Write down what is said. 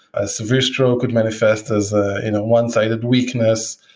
a severe stroke could manifest as ah in a one-sided weakness,